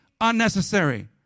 unnecessary